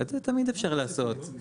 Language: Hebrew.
את זה תמיד אפשר לעשות.